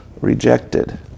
rejected